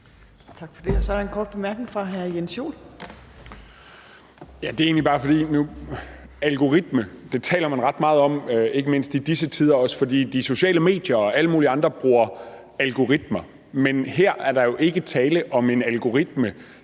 i disse tider ret meget om algoritmer, fordi de sociale medier og alle mulige andre bruger algoritmer. Men her er der jo ikke tale om en algoritme,